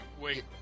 wait